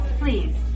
please